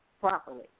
properly